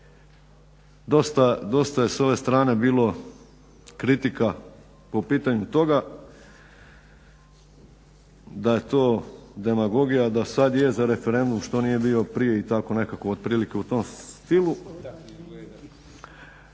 Dosta je s ove strane bilo kritika po pitanju toga da je to demagogija, da sad je za referendum što nije bio prije i tako nekako otprilike u tom stilu.